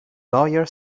lawyer